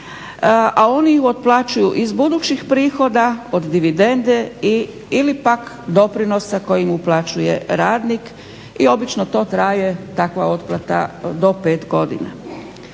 a oni ih otplaćuju iz budućih prihoda od dividende ili pak doprinosa koji mu uplaćuje radnik i obično to traje takva otplata do pet godina.